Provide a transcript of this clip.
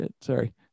sorry